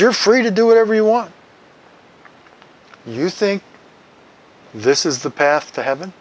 you're free to do whatever you want you think this is the path to heaven